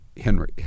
Henry